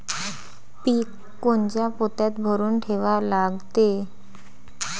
पीक कोनच्या पोत्यात भरून ठेवा लागते?